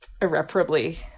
irreparably